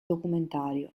documentario